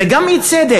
גם זה אי-צדק,